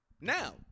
now